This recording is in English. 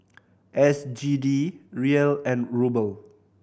S G D Riel and Ruble